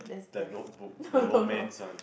the note book the romance one